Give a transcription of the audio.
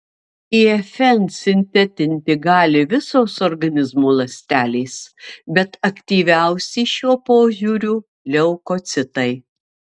ifn sintetinti gali visos organizmo ląstelės bet aktyviausi šiuo požiūriu leukocitai